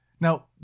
Now